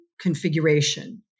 configuration